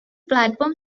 platform